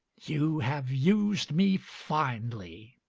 you have us'd me finely.